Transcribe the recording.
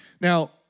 Now